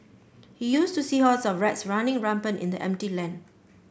he used to see hordes of rats running rampant in the empty land